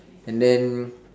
and then